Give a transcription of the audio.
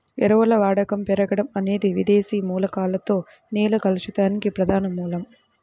ఎరువుల వాడకం పెరగడం అనేది విదేశీ మూలకాలతో నేల కలుషితానికి ప్రధాన మూలం